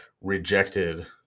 rejected